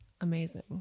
amazing